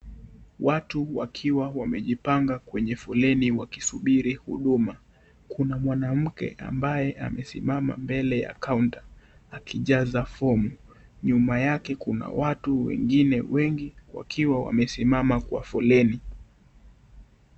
Watu wakiwa wamejipanga kwenye foleni wakiwa wanasubiri huduma. Kuna mwanamke ambaye amesimama mbele ya kaunta akijaza fomu. Nyuma yake kuna watu wengine wengi wakiwa wamesimama kwa foleni.